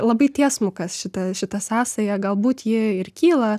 labai tiesmukas šita šita sąsaja galbūt ji ir kyla